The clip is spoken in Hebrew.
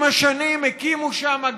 עם השנים הקימו שם,